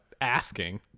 asking